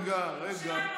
רגע, רגע.